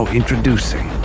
introducing